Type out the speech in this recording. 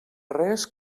res